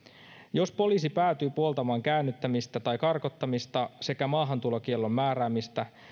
jos poliisi päätyy puoltamaan käännyttämistä tai karkottamista sekä maahantulokiellon määräämistä